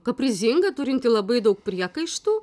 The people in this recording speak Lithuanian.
kaprizinga turinti labai daug priekaištų